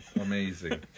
amazing